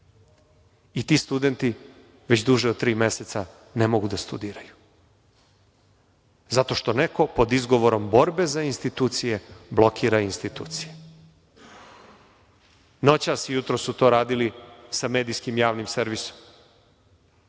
Ti studenti već duže od tri meseca ne mogu da studiraju zato što neko pod izgovorom borbe za institucije blokira institucije.Noćas i jutros su to radili sa medijskim javnim servisom.